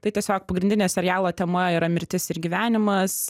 tai tiesiog pagrindinė serialo tema yra mirtis ir gyvenimas